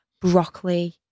broccoli